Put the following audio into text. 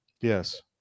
Yes